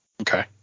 Okay